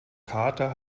kater